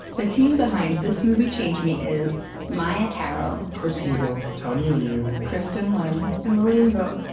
the team behind this movie changed me is maia tarrell, chris heagle, tony liu, kristin lin, and lilian vo.